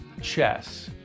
chess